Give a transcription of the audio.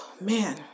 man